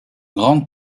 grande